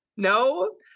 no